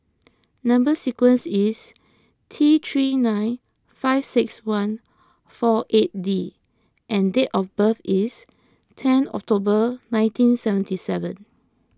Number Sequence is T three nine five six one four eight D and date of birth is ten October nineteen seventy seven